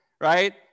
right